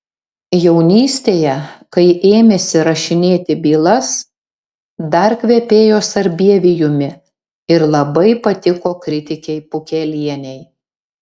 jaunystėje kai ėmėsi rašinėti bylas dar kvepėjo sarbievijumi ir labai patiko kritikei pukelienei